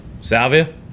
Salvia